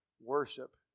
worship